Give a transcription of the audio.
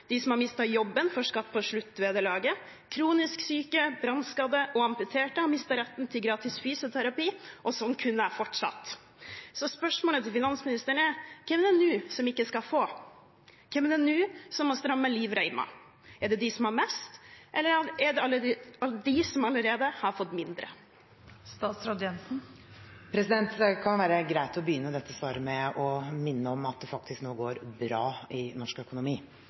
De som har mistet jobben, får skatt på sluttvederlaget. Kronisk syke, brannskadde og de som har amputert, har mistet retten til gratis fysioterapi. Og sånn kunne jeg fortsatt. Så spørsmålet til finansministeren er: Hvem er det nå som ikke skal få? Hvem er det nå som må stramme livreima? Er det de som har mest, eller er det de som allerede har fått mindre? Det kan være greit å begynne dette svaret med å minne om at det nå faktisk går bra i norsk økonomi.